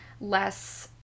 less